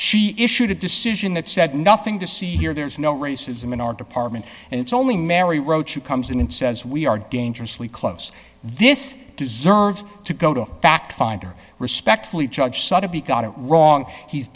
she issued a decision that said nothing to see here there is no racism in our department and it's only mary roach who comes in and says we are dangerously close this deserves to go to a fact finder respectfully judge saw to be got it wrong he's